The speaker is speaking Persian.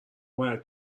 باید